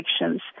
elections